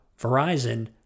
Verizon